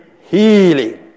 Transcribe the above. healing